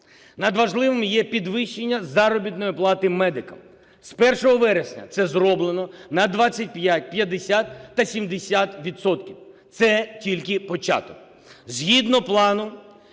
Надважливим є підвищення заробітної плати медикам. З 1 вересня це зроблено на 25, 50 та 70 відсотків. Це тільки початок.